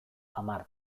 hamar